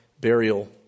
burial